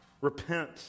Repent